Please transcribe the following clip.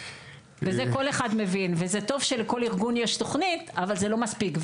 את זה כול אחד מבין וזה טוב שלכול ארגון יש תכנית אבל זה לא מספיק.